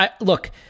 Look